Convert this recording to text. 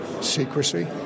secrecy